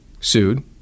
sued